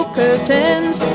curtains